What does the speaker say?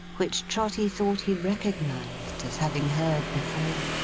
which trotty thought he recognised as having heard before.